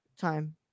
time